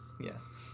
Yes